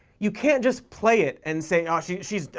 you can't just play it and say, oh, she. she's,